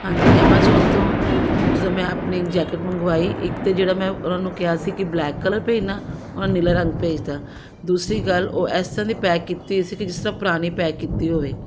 ਹਾਂਜੀ ਐਮਾਜ਼ਾਨ ਤੋਂ ਜਦੋਂ ਮੈਂ ਆਪਣੀ ਜੈਕਟ ਮੰਗਵਾਈ ਇੱਕ ਤਾਂ ਜਿਹੜਾ ਮੈਂ ਉਹਨਾਂ ਨੂੰ ਕਿਹਾ ਸੀ ਕਿ ਬਲੈਕ ਕਲਰ ਭੇਜਣਾ ਉਹਨਾਂ ਨੀਲਾ ਰੰਗ ਭੇਜਤਾ ਦੂਸਰੀ ਗੱਲ ਉਹ ਇਸ ਤਰ੍ਹਾਂ ਦੀ ਪੈਕ ਕੀਤੀ ਹੋਈ ਸੀ ਕਿ ਜਿਸ ਤਰ੍ਹਾਂ ਪੁਰਾਣੀ ਪੈਕ ਕੀਤੀ ਹੋਵੇ